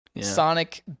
Sonic